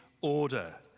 order